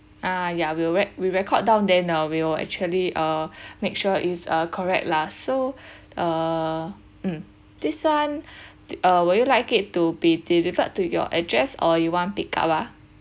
uh ya we'll rec~ we record down then uh we will actually uh make sure is uh correct lah so uh mm this [one] uh will you like it to be delivered to your address or you want pick up ah